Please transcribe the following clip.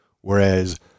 Whereas